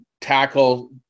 tackle